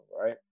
right